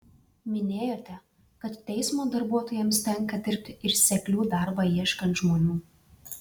minėjote kad teismo darbuotojams tenka dirbti ir seklių darbą ieškant žmonių